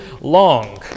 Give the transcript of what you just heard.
long